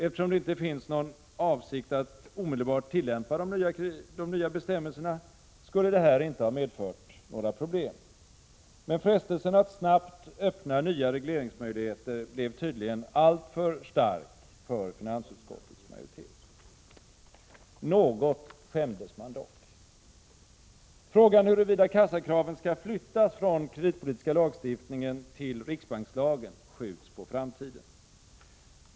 Eftersom det inte finns någon avsikt att omedelbart tillämpa de nya bestämmelserna, skulle detta inte ha medfört några problem. Men frestelsen att snabbt öppna nya regleringsmöjligheter blev tydligen alltför stark för finansutskottets majoritet. Något skämdes man dock. Frågan huruvida kassakraven skall flyttas från den kreditpolitiska lagstiftningen till riksbankslagen skjuts på framtiden.